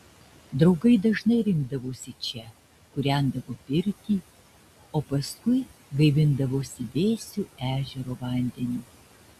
draugai dažnai rinkdavosi čia kūrendavo pirtį o paskui gaivindavosi vėsiu ežero vandeniu